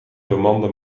bemande